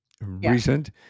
Recent